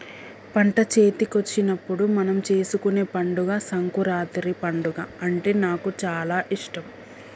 పంట చేతికొచ్చినప్పుడు మనం చేసుకునే పండుగ సంకురాత్రి పండుగ అంటే నాకు చాల ఇష్టం